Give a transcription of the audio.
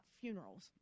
funerals